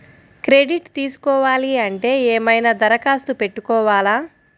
Credit తీసుకోవాలి అంటే ఏమైనా దరఖాస్తు పెట్టుకోవాలా?